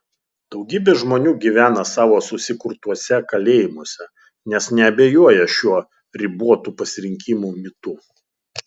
daugybė žmonių gyvena savo susikurtuose kalėjimuose nes neabejoja šiuo ribotų pasirinkimų mitu